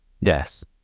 Yes